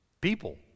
People